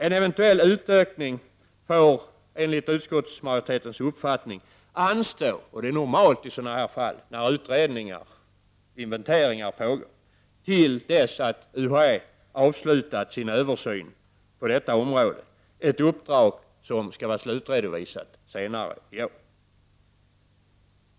En eventuell utökning får enligt utskottsmajoritetens uppfattning anstå, vilket är normalt i sådana här sammanhang då invente ringar pågår, till dess att UHÄ avslutat sin översyn på detta område — ett uppdrag som skall vara slutredovisat senare i år.